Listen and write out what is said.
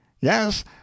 yes